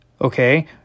okay